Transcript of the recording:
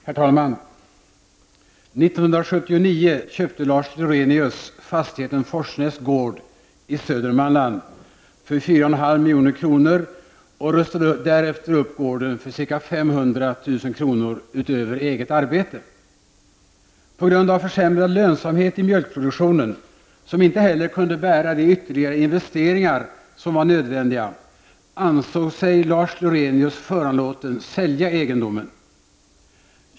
Herr talman! 1979 köpte Lars Lorenius fastigheten Forsnäs gård i Södermanland för 4 500 000 kr. och rustade därefter upp gården för ca 500000 kr. utöver eget arbete. På grund av försämrad lönsamhet i mjölkproduktionen, som inte heller kunde bära de ytterligare investeringar som var nödvändiga, ansåg sig Lars Lorenius föranlåten att sälja egendomen.